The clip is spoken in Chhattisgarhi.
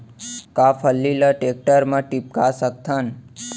का फल्ली ल टेकटर म टिपका सकथन?